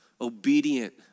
obedient